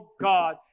God